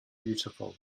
beautiful